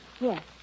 Yes